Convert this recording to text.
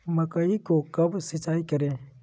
मकई को कब सिंचाई करे?